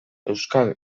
euskal